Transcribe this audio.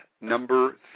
number